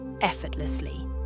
effortlessly